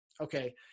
Okay